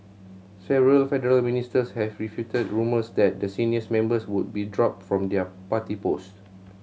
several federal ministers have refuted rumours that the senior members would be dropped from their party posts